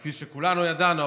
כפי שכולנו ידענו,